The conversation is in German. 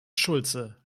schulze